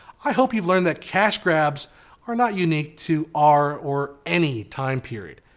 i hope you've learned that cash grabs are not unique to our or any time period.